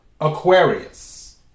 Aquarius